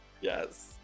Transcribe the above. Yes